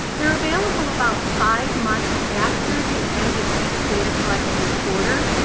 they're available about five months after the end of each data collection quarter.